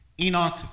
Enoch